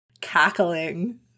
cackling